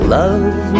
love